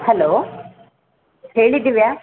hello ಹೇಳಿ ದಿವ್ಯಾ